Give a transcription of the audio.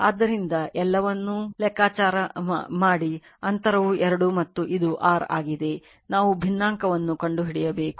ಆದ್ದರಿಂದ ಎಲ್ಲವನ್ನೂ ಲೆಕ್ಕಾಚಾರ ಮಾಡಿ ಅಂತರವು 2 ಮತ್ತು ಇದು r ಆಗಿದೆ ನಾವು ಭಿನ್ನಾಂಕವನ್ನು ಕಂಡುಹಿಡಿಯಬೇಕು